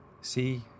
See